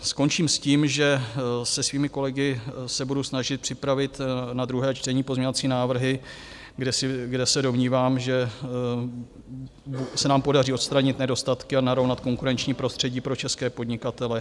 Skončím s tím, že se svými kolegy se budou snažit připravit na druhé čtení pozměňovací návrhy, kde se domnívám, že se nám podaří odstranit nedostatky a narovnat konkurenční prostředí pro české podnikatele.